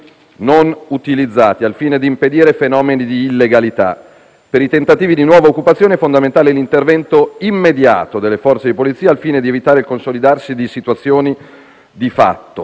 non utilizzati, al fine di impedire fenomeni di illegalità. Per i tentativi di nuova occupazione è fondamentale l'intervento immediato delle Forze di polizia, al fine di evitare il consolidarsi di situazioni di fatto.